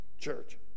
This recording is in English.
Church